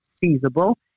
feasible